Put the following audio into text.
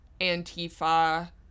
Antifa